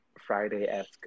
Friday-esque